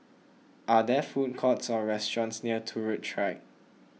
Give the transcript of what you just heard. are there food courts or restaurants near Turut Track